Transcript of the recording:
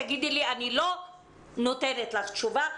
תגידי לי אני לא נותנת לך תשובה,